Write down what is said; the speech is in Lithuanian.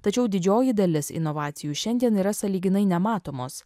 tačiau didžioji dalis inovacijų šiandien yra sąlyginai nematomos